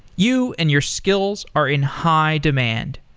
you and your skills are in high demand.